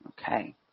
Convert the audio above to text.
okay